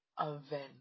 event